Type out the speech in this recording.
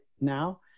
now